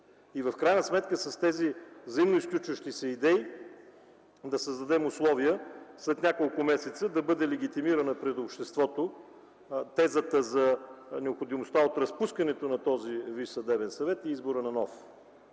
И в крайна сметка, с тези взаимно изключващи се идеи да създадем условия след няколко месеца да бъде легитимирана пред обществото тезата за необходимостта от разпускането на този Висш съдебен съвет